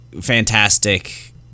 fantastic